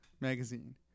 magazine